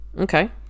Okay